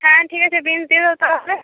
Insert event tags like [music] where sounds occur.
হ্যাঁ ঠিক আছে বিনস দিয়ে দাও [unintelligible]